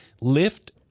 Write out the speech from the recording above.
lift